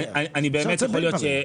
אפשר לעשות הרבה דברים.